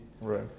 right